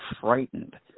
frightened